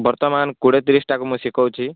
ବର୍ତ୍ତମାନ କୋଡ଼ିଏ ତିରିଶଟାକୁ ମୁଁ ଶିଖଉଛି